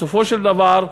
בסופו של דבר,